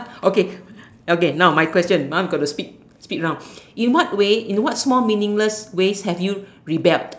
okay okay now my question now I got to speak speak now in what way in what small meaningless way have you rebelled